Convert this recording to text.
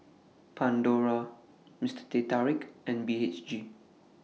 Pandora Mister Teh Tarik and B H G